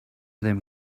them